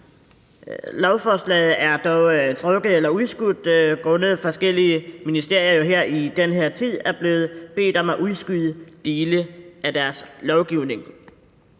Lovforslaget er dog trukket eller udskudt grundet, at forskellige ministerier jo her i den her tid er blevet bedt om at udskyde dele af deres lovgivning.